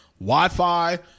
Wi-Fi